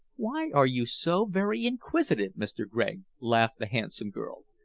why are you so very inquisitive, mr. gregg? laughed the handsome girl.